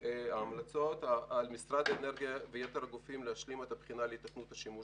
המלצות: על משרד האנרגיה ויתר הגופים להשלים את הבחינה להיתכנות השימוש